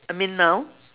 I mean now